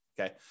okay